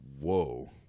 whoa